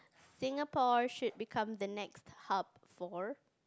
Singapore should become the next hub for